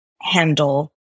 handle